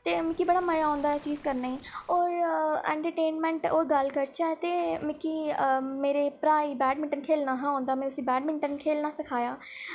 ते मिकी बड़ा मजा औंदा ऐ एह् चीज करने और एंटरटेनमेंट और गल्ल करचै ते मिकी मेरे भ्रा गी बैटमिंटन खेढना निं हा औंदा में उस्सी बैटमिंटन खेढना सखाया